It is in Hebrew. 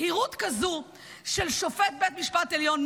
יהירות כזאת של שופט בית משפט עליון,